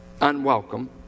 Unwelcome